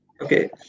Okay